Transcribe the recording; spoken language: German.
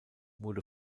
wurde